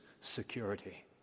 security